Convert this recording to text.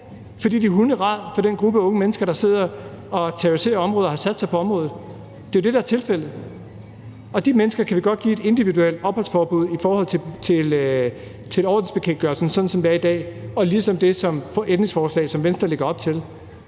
fordi de er hunderædde for den gruppe af unge mennesker, der sidder og terroriserer området, og som har sat sig på området. Det er jo det, der er tilfældet. Og de mennesker kan vi godt give et individuelt opholdsforbud i forhold til ordensbekendtgørelsen, sådan som det er i dag – og ligesom det ændringsforslag, som Venstre lægger op til.